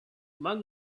among